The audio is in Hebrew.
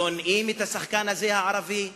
שונאים את השחקן הזה, הערבי.